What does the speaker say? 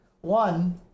one